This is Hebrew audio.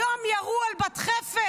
היום ירו על בת חפר.